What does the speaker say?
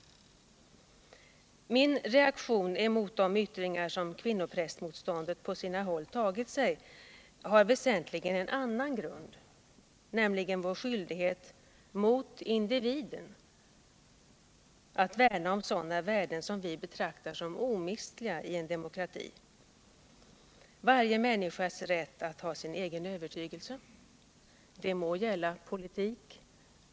Min reaktion mot de yttringar kvinnoprästmotståndet på sina håll tagit sig har väsentligen en annan grund, nämligen vår skyldighet mot individen att värna om sådana värden som vi betraktar som omistliga i en demokrati: Varje människas rätt att ha sin egen övertygelse — det må gälla politik.